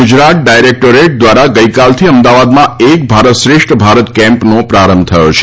Gujarat directorate દ્વારા ગઇકાલથી અમદાવાદમાં એક ભારત શ્રેષ્ઠ ભારત કેમ્પનો પ્રારંભ થયો છે